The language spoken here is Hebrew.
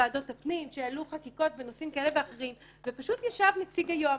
ועדות הפנים שהעלו חקיקות בנושאים כאלה ואחרים ששם ישב נציג היועמ"ש,